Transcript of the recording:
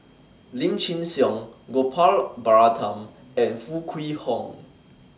Lim Chin Siong Gopal Baratham and Foo Kwee Horng